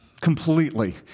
completely